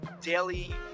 daily